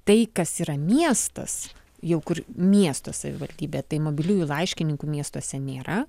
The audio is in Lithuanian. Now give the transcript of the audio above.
tai kas yra miestas jau kur miesto savivaldybė tai mobiliųjų laiškininkų miestuose nėra